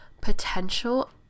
potential